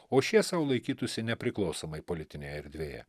o šie sau laikytųsi nepriklausomai politinėje erdvėje